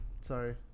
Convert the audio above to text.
Sorry